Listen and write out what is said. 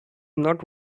not